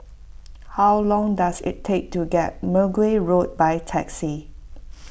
how long does it take to get Mergui Road by taxi